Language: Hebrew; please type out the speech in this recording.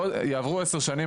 יעברו עשר שנים,